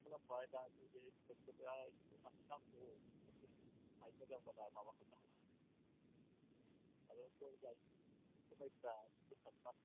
ओमफ्राय दा जुदि नांगौ